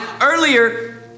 earlier